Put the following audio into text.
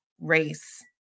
race